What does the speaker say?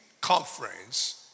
conference